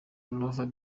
rover